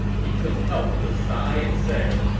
he couldn't help but sigh and say,